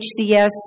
HCS